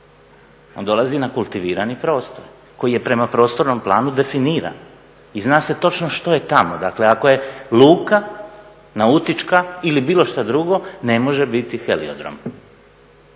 On dolazi na kultivirani prostor koji je prema prostornom planu definiran i zna se točno što je tamo. Dakle, ako je luka nautička ili bilo šta drugo ne može biti heliodrom.